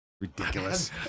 Ridiculous